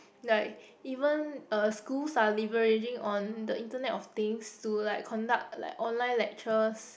like even uh schools are leveraging on the internet of things to like conduct like online lectures